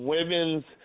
Women's